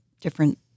different